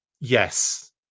Yes